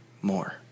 more